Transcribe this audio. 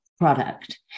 Product